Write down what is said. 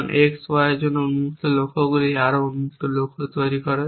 কারণ x y এর জন্য উন্মুক্ত লক্ষ্যগুলি আরও উন্মুক্ত লক্ষ্য তৈরি করে